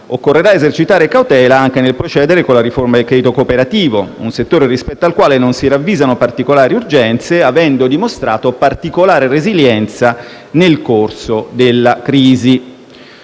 occorrerà esercitare cautela anche nel procedere con la riforma del credito cooperativo, un settore rispetto al quale non si ravvisano particolari urgenze, avendo dimostrato particolare resilienza nel corso della crisi.